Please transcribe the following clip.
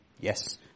Yes